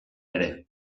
ere